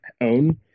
own